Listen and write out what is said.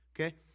Okay